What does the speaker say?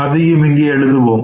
அதையும் இங்கே எழுதுவோம்